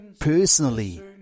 personally